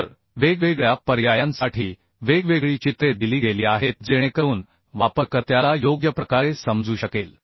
तर वेगवेगळ्या पर्यायांसाठी वेगवेगळी चित्रे दिली गेली आहेत जेणेकरून वापरकर्त्याला योग्य प्रकारे समजू शकेल